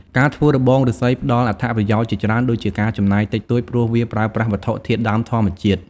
ការធ្វើរបងឬស្សីផ្តល់អត្ថប្រយោជន៍ជាច្រើន ដូចជាការចំណាយតិចតួចព្រោះវាប្រើប្រាស់វត្ថុធាតុដើមធម្មជាតិ។